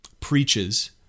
preaches